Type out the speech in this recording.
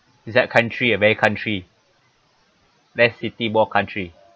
is that country a very country less city more country